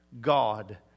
God